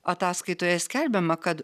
o ataskaitoje skelbiama kad